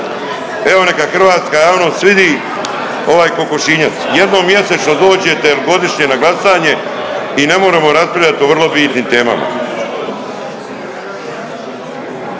Evo neka hrvatska javnost vidi ovaj kokošinjac, jednom mjesečno dođete il godišnje na glasanje i ne moremo raspravljat o vrlo bitnim temama.